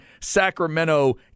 Sacramento